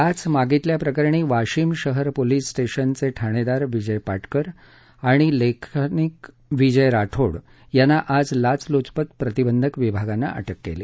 लाच मागितल्याप्रकरणी वाशिम शहर पोलीस स्टेशनचे ठाणेदार विजय पाटकर आणि लेखनिक विजय राठोड यांना आज लाचलूचपत प्रतिबंध विभागानं अटक केली